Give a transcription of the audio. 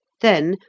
then,